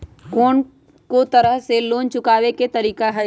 कोन को तरह से लोन चुकावे के तरीका हई?